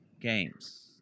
games